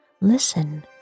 Listen